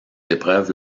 épreuves